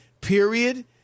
period